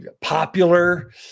popular